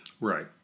Right